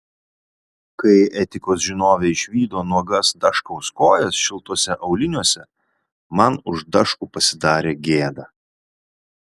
kai etikos žinovė išvydo nuogas daškaus kojas šiltuose auliniuose man už daškų pasidarė gėda